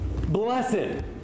blessed